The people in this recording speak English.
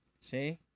See